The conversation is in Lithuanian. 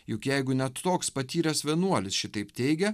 juk jeigu ne toks patyręs vienuolis šitaip teigia